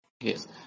Yes